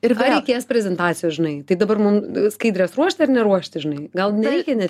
ir ar reikės prezentacijos žinai tai dabar mum skaidres ruošti ir neruošti žinai gal nereikia net